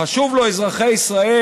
חשובים לו אזרחי ישראל,